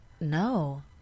No